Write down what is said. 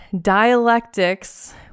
dialectics